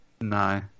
No